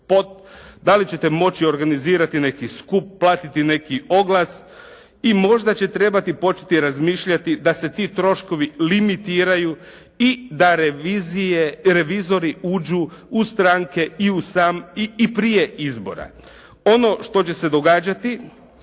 Da li ćete moći organizirati neki skup, platiti neki oglas? I možda će trebati početi razmišljati da se ti troškovi limitiraju i da revizije, revizori uđu u stranke i u sam i prije izbora. Ono što će se događati